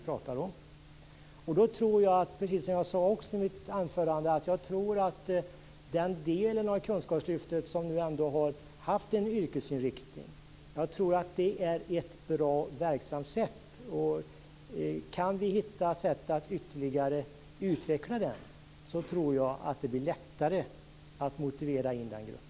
Jag tror, som jag sade i mitt anförande, att den del av kunskapslyftet som har haft en yrkesinriktning är bra och verksam. Om vi kan hitta sätt att ytterligare utveckla det tror jag att det blir lättare att motivera den gruppen att gå in.